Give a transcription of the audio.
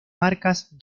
marcas